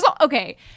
Okay